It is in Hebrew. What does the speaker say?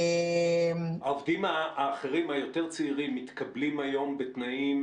העובדים האחרים היותר צעירים מתקבלים היום בתנאים